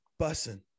bussin